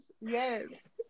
Yes